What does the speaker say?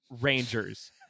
Rangers